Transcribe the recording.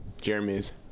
Jeremy's